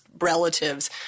relatives